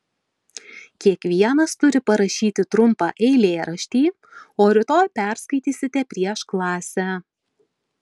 kiekvienas turi parašyti trumpą eilėraštį o rytoj perskaitysite prieš klasę